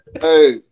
Hey